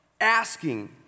Asking